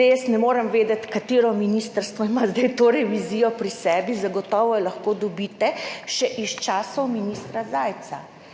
Jaz ne morem vedeti, katero ministrstvo ima zdaj to revizijo pri sebi, zagotovo jo lahko dobite, še iz časov ministra Zajca.